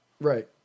Right